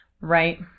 Right